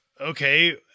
Okay